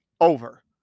over